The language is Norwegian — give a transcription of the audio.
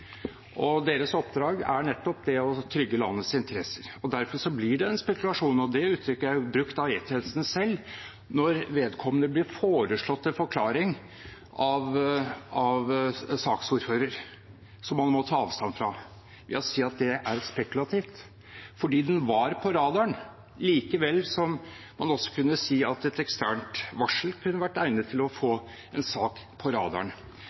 og deres oppdrag er nettopp det å trygge landets interesser. Derfor blir det en spekulasjon. Det uttrykket er brukt av E-tjenesten selv når vedkommende blir foreslått en forklaring av saksordføreren som man må ta avstand fra ved å si at det er spekulativt, fordi den var på radaren likevel – som man også kunne si at et eksternt varsel kunne vært egnet til å få en sak på radaren.